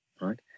right